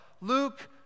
Luke